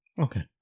Okay